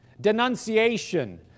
Denunciation